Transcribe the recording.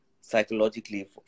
psychologically